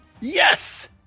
Yes